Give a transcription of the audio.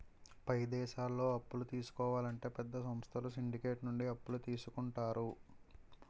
పై దేశాల్లో అప్పులు తీసుకోవాలంటే పెద్ద సంస్థలు సిండికేట్ నుండి అప్పులు తీసుకుంటారు